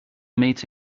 meet